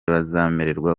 bazemererwa